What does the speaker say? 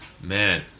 man